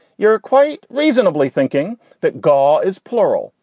you're quite reasonably thinking that gaul is plural.